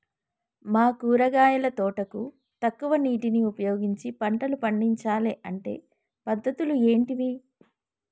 మా కూరగాయల తోటకు తక్కువ నీటిని ఉపయోగించి పంటలు పండించాలే అంటే పద్ధతులు ఏంటివి?